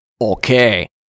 Okay